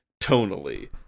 tonally